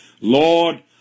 Lord